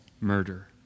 murder